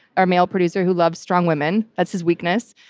our male producer who loves strong women. that's his weakness.